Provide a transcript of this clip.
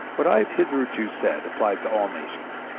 what i have hitherto said applies to all nations,